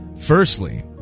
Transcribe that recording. firstly